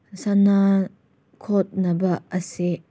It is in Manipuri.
ꯁꯥꯟꯅ ꯈꯣꯠꯅꯕ ꯑꯁꯤ